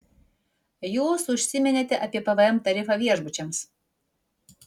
jūs užsiminėte apie pvm tarifą viešbučiams